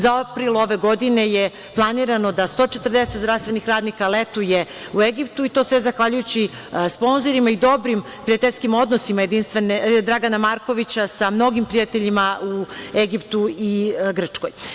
Za april ove godine je planirano da 140 zdravstvenih radnika letuje u Egiptu i to sve zahvaljujući sponzorima i dobrim prijateljskim odnosima Dragana Markovića sa mnogim prijateljima u Egiptu i Grčkoj.